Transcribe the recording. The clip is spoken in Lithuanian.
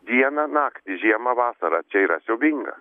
dieną naktį žiemą vasarą čia yra siaubinga